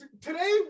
today